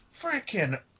freaking